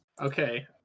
Okay